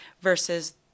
versus